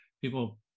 people